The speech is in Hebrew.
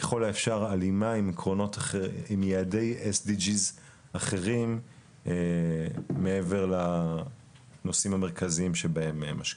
ככל האפשר הלימה עם יעדי SDG אחרים מעבר לנושאים המרכזיים שבהם משקיעים.